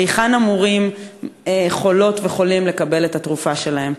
היכן אמורים חולות וחולים לקבל את התרופה שלהם?